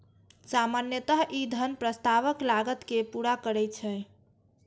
सामान्यतः ई धन प्रस्तावक लागत कें पूरा करै छै